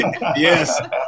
Yes